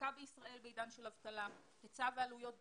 תעסוקה בישראל בעידן של אבטלה לצד עלויות דיור,